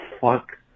fuck